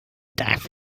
darf